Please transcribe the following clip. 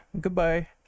goodbye